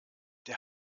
der